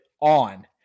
on